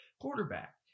quarterback